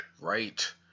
Right